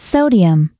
Sodium